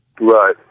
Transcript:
Right